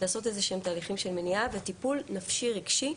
לעשות איזשהם תהליכים של מניעה וטיפול נפשי רגשי.